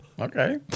Okay